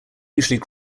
usually